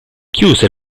chiuse